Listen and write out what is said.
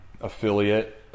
affiliate